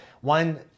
one